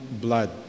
blood